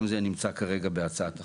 גם זה נמצא כרגע בהצעת החוק.